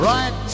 Right